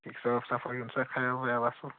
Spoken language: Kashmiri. صاف صافی ہُنٛد سا فیم ویم اَصٕل